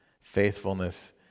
faithfulness